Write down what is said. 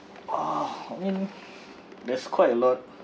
ah I mean there's quite a lot